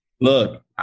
Look